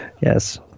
yes